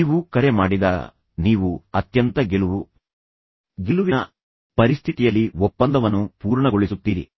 ನೀವು ಕರೆ ಮಾಡಿದಾಗ ನೀವು ಅತ್ಯಂತ ಗೆಲುವು ಗೆಲುವಿನ ಪರಿಸ್ಥಿತಿಯಲ್ಲಿ ಒಪ್ಪಂದವನ್ನು ಪೂರ್ಣಗೊಳಿಸುತ್ತೀರಿ